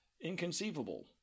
inconceivable